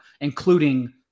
including